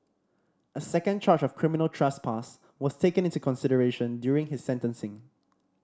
a second charge of criminal trespass was taken into consideration during his sentencing